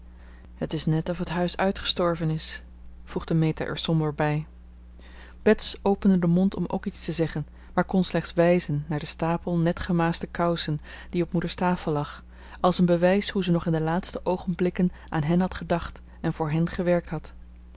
het is net of het huis uitgestorven is voegde meta er somber bij bets opende den mond om ook iets te zeggen maar kon slechts wijzen naar den stapel net gemaasde kousen die op moeders tafel lag als een bewijs hoe ze nog in de laatste oogenblikken aan hen had gedacht en voor hen gewerkt had